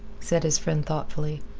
said his friend thoughtfully.